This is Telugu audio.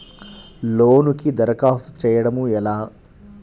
లోనుకి దరఖాస్తు చేయడము ఎలా?